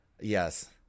Yes